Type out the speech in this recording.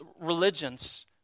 religions